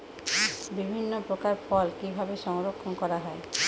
বিভিন্ন প্রকার ফল কিভাবে সংরক্ষণ করা হয়?